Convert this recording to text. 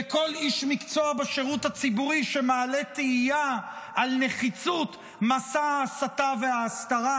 וכל איש מקצוע בשירות הציבורי שמעלה תהייה על נחיצות מסע ההסתה והסתרה,